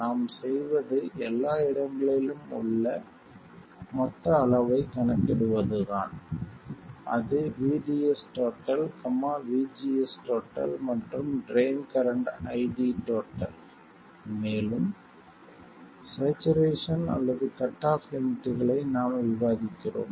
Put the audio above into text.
நாம் செய்வது எல்லா இடங்களிலும் உள்ள மொத்த அளவைக் கணக்கிடுவதுதான் அது VDS VGS மற்றும் ட்ரைன் கரண்ட் ID மேலும் ஸ்சேச்சுரேசன் அல்லது கட் ஆஃப் லிமிட்களை நாம் விதிக்கிறோம்